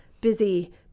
busy